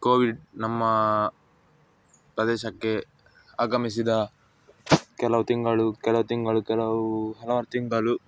Covid ನಮ್ಮ ಪ್ರದೇಶಕ್ಕೆ ಆಗಮಿಸಿದ ಕೆಲವು ತಿಂಗಳು ಕೆಲ ತಿಂಗಳು ಕೆಲವು ಹಲವಾರು ತಿಂಗಳು